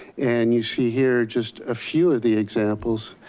and you see here, just a few of the examples,